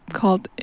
called